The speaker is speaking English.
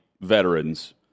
veterans